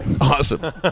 Awesome